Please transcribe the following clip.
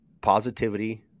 positivity